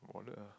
wallet ah